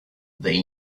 they